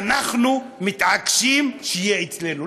ואנחנו מתעקשים שזה יהיה אצלנו.